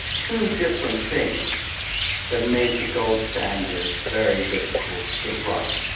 two different things that made the gold standard very difficult to run.